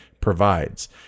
provides